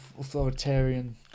authoritarian